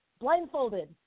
Blindfolded